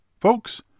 Folks